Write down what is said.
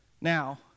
Now